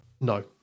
No